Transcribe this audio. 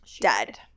dead